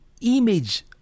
image